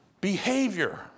behavior